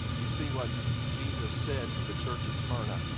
you see, what jesus said to the church at smyrna,